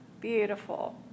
Beautiful